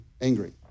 angry